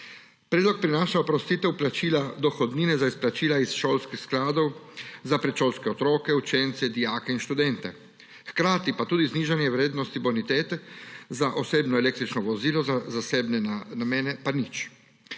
Predlog prinaša oprostitev plačila dohodnine za izplačila iz šolskih skladov za predšolske otroke, učence, dijake in študente. Hkrati pa tudi znižanje vrednosti bonitete za osebno električno vozilo, za zasebne namene pa nič.